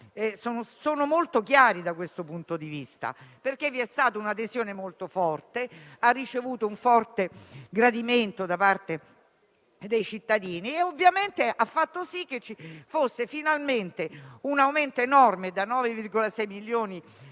sono molto chiari da questo punto di vista. Vi è stata un'adesione molto forte, ha ricevuto un forte gradimento da parte dei cittadini e ovviamente ha fatto sì che ci fosse finalmente un aumento enorme (da 9,6 milioni di